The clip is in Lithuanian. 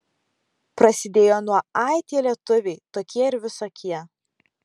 prasidėjo nuo ai tie lietuviai tokie ir visokie